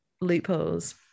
loopholes